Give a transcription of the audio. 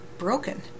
broken